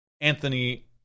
Anthony